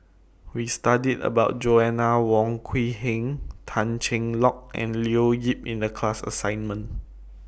We studied about Joanna Wong Quee Heng Tan Cheng Lock and Leo Yip in The class assignment